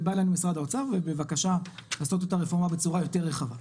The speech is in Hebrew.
ובא אלינו משרד האוצר בבקשה לעשות את הרפורמה בצורה יותר רחבה.